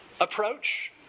approach